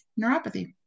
neuropathy